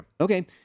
Okay